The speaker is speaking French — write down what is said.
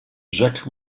jacques